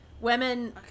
Women